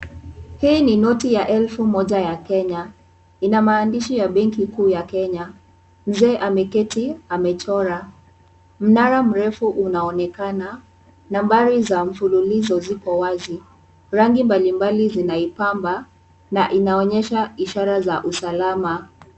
Hii ni noti ya elfu moja ya Kenya. Ina maandishi ya benki kuu ya Kenya. Mzee ameketi amechora. Mnara mrefu unaonekana. Nambari za mfululizo ziko wazi. Rangi mbalimbali zinaipamba na inaonyesha ishara za usalama.